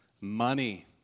money